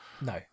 no